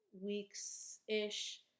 weeks-ish